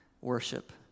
worship